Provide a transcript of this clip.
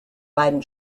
beiden